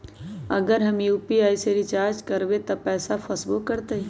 अगर हम यू.पी.आई से रिचार्ज करबै त पैसा फसबो करतई?